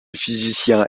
physicien